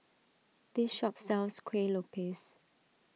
this shop sells Kueh Lopes